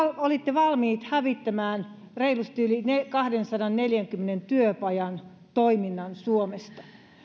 olitte valmiit hävittämään reilusti yli kahdensadanneljänkymmenen työpajan toiminnan suomesta